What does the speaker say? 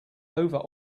over